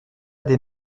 des